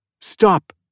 Stop